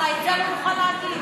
את זה אתה מוכן להגיד,